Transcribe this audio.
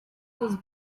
was